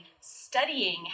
studying